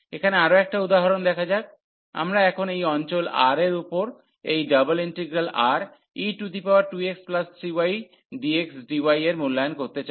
এখানে আরও একটি উদাহরণ দেখা যাক আমরা এখন এই অঞ্চল R এর উপর এই Re2x3ydxdy এর মূল্যায়ন করতে চাই